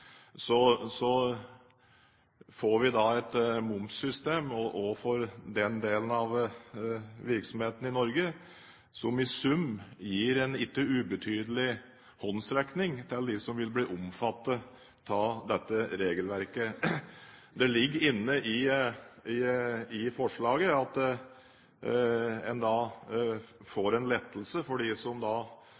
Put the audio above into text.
får vi et momssystem for den delen av virksomheten i Norge som i sum gir en ikke ubetydelig håndsrekning til dem som vil bli omfattet av dette regelverket. Det ligger inne i forslaget at de som er i den posisjonen, får en lettelse